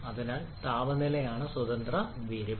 അതിനാൽ താപനിലയാണ് സ്വതന്ത്ര വേരിയബിൾ